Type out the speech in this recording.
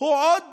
הוא עוד